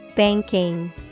Banking